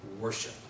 worship